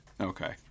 Okay